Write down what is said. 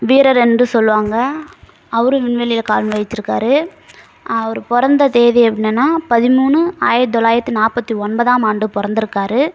வீரர் என்று சொல்லுவாங்க அவரும் விண்வெளியில கால் வைத்திருக்கார் அவரு பிறந்த தேதி அப்படி என்னென்னா பதிமூணு ஆயிரத் தொள்ளாயிரத்து நாற்பத்தி ஒன்பதாம் ஆண்டு பிறந்துருக்காரு